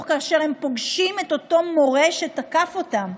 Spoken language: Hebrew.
והם פוגשים את אותו מורה שתקף אותם.